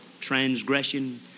transgression